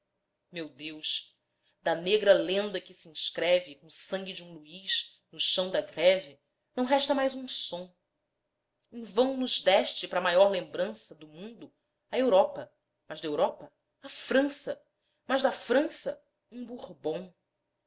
meu deus da negra lenda que se inscreve co'o sangue de um luís no chão da grve não resta mais um som em vão nos deste pra maior lembrança do mundo a europa mas d'europa a frança mas da frança um bourbon